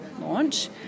launch